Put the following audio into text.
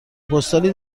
پستالی